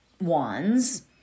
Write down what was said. wands